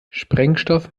sprengstoff